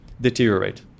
deteriorate